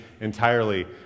entirely